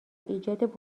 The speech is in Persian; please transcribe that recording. ایجاد